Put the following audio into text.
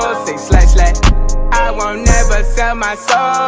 say slatt, slatt i won't never sell my soul,